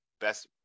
best